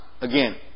again